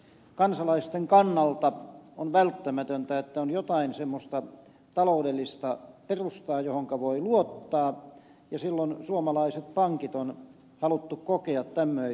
kansalaisten kannalta on välttämätöntä että on jotain semmoista taloudellista perustaa johonka voi luottaa ja silloin suomalaiset pankit on haluttu kokea tämmöisinä